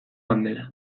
bandera